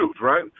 right